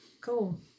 Cool